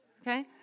okay